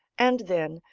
and then,